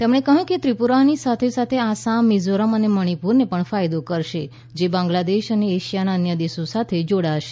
તેમણે કહ્યું કે ત્રિપુરાની સાથે સાથે આસામ મિઝોરમ અને મણિપુરને પણ ફાયદો કરશે જે બાંગ્લાદેશ અને એશિયાના અન્ય દેશો સાથે જોડાશે